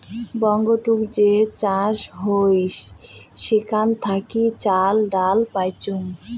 বঙ্গতুক যে চাষ হউ সেখান থাকি চাল, ডাল পাইচুঙ